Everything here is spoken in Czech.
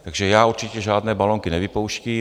Takže já určitě žádné balonky nevypouštím.